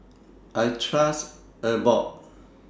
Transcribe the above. I Trust Abbott